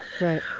Right